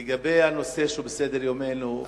לגבי הנושא שהוא בסדר-יומנו,